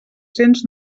cents